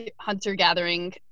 hunter-gathering